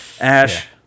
Ash